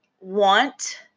want